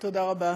תודה רבה.